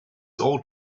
old